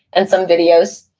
and some videos.